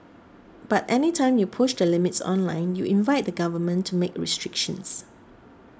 but any time you push the limits online you invite the Government to make restrictions